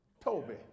Toby